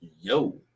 yo